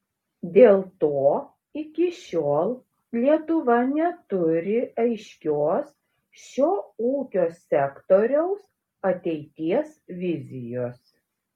dėl to iki šiol lietuva neturi aiškios šio ūkio sektoriaus ateities vizijos